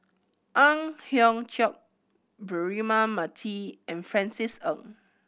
Ang Hiong Chiok Braema Mathi and Francis Ng